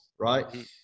right